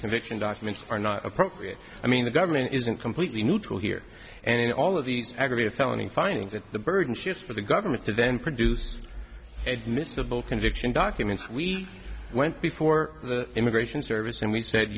conviction documents are not appropriate i mean the government isn't completely neutral here and in all of these aggravated felony findings that the burden shifts for the government to then produce admissible conviction documents we went before the immigration service and we said